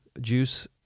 juice